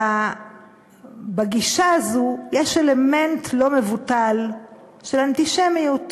ובגישה הזאת יש אלמנט לא מבוטל של אנטישמיות.